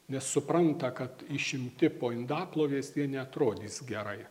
nes supranta kad išimti po indaplovės jie neatrodys gerai